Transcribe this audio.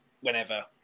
whenever